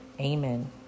Amen